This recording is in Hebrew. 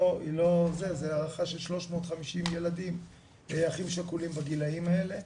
זו הערכה של 350 ילדים אחים שכולים בגילאים האלה.